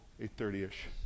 8.30-ish